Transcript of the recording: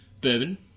Bourbon